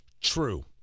true